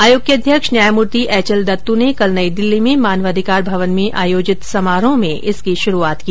आयोग के अध्यक्ष न्यायमूर्ति एच एल दत्तू ने कल नई दिल्ली में मानवाधिकार भवन में आयोजित समारोह में इसकी शुरूआत की